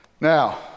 Now